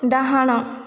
ଡାହାଣ